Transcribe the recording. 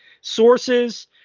sources